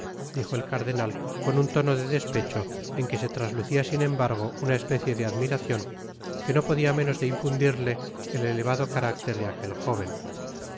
dijo el cardenal con un tono de despecho en que se traslucia sin embargo una especie de admiracion que no podia menos de infundirle el elevado carácter de aquel jóven